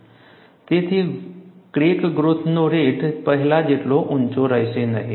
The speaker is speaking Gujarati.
તેથી ક્રેક ગ્રોથનો રેટ પહેલા જેટલો ઊંચો રહેશે નહીં